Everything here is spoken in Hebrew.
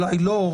אולי לא,